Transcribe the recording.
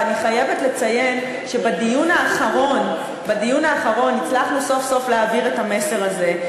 ואני חייבת לציין שבדיון האחרון הצלחנו סוף-סוף להעביר את המסר הזה,